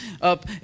up